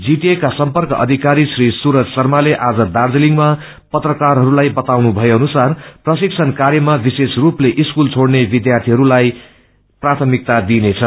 GTA का सर्म्पक अधिकारी श्री सूरज शर्माले आज दार्जीलिङ्मा पत्रकारहरूलाई बताउनु भए अनुसार प्रशिक्षण कार्यमा विशेष रूपले स्कूल छोइने विध्यार्थीवर्गलाई प्राथमिकता दिइनेछ